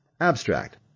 Abstract